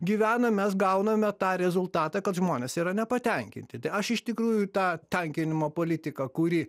gyvena mes gauname tą rezultatą kad žmonės yra nepatenkinti tai aš iš tikrųjų tą tankinimo politiką kuri